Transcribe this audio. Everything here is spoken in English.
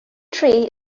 tree